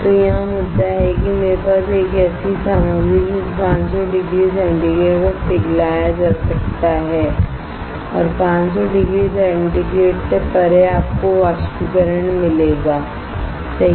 तो यहाँ मुद्दा है कि मेरे पास एक ऐसी सामग्री है जिसे 500 डिग्री सेंटीग्रेड पर पिघलाया जा सकता है और 500 डिग्री सेंटीग्रेड से परे आपको वाष्पीकरण मिलेगा सही